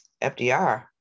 FDR